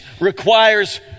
requires